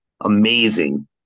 amazing